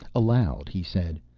aloud, he said,